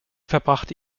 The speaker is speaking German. verbrachte